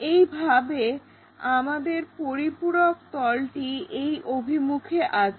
একইভাবে আমাদের পরিপূরক তলটি এই অভিমুখে আছে